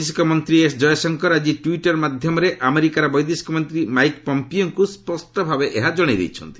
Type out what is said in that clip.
ବୈଦେଶିକ ମନ୍ତ୍ରୀ ଏସ୍ କୟଶଙ୍କର ଆଜି ଟ୍ୱିଟର୍ ମାଧ୍ୟମରେ ଆମେରିକାର ବୈଦେଶିକ ମନ୍ତ୍ରୀ ମାଇକ୍ ପମ୍ପିଓଙ୍କୁ ସ୍ୱଷ୍ଟଭାବେ ଏହା ଜଣାଇଛନ୍ତି